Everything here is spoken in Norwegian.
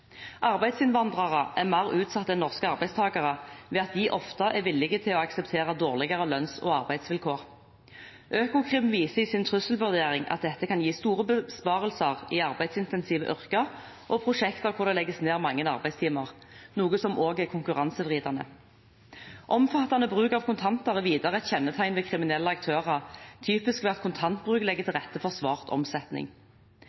Arbeidsinnvandrere er mer utsatt enn norske arbeidstakere ved at de ofte er villige til å akseptere dårligere lønns- og arbeidsvilkår. Økokrim viser i sin trusselvurdering at dette kan gi store besparelser i arbeidsintensive yrker og prosjekter der det legges ned mange arbeidstimer, noe som også er konkurransevridende. Omfattende bruk av kontanter er videre et kjennetegn ved kriminelle aktører, typisk ved at kontantbruk legger til